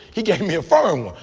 he gave me a firm.